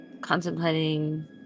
contemplating